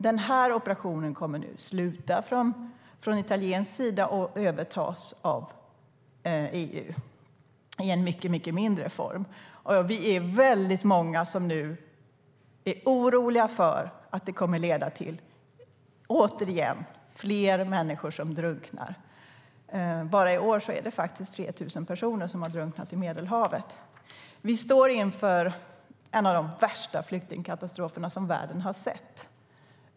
Den operationen kommer nu att sluta från italiensk sida och övertas av EU i mycket mindre form. Vi står inför en av de värsta flyktingkatastrofer som världen har sett.